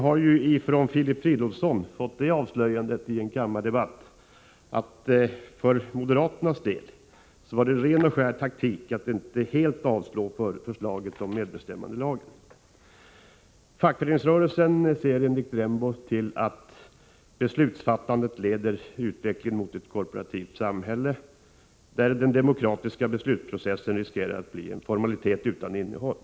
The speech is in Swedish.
Filip Fridolfsson har i en kammardebatt avslöjat att för moderaternas del var det ren taktik för att inte helt avslå förslaget om medbestämmandelagen. Fackföreningsrörelsen ser enligt Sonja Rembo till att beslutsfattandet leder utvecklingen mot ett korporativt samhälle där den demokratiska beslutsprocessen riskerar att bli en formalitet utan innehåll.